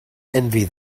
envy